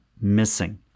missing